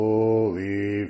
Holy